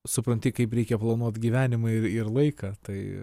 supranti kaip reikia planuot gyvenimą ir ir laiką tai